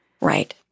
Right